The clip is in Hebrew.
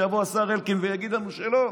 שיבוא השר אלקין ויגיד לנו שלא,